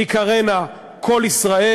תיקראנה "קול ישראל"